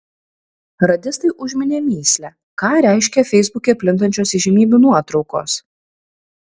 radistai užminė mįslę ką reiškia feisbuke plintančios įžymybių nuotraukos